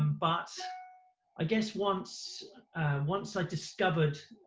um but i guess once once i discovered